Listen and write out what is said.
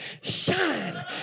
shine